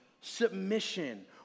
submission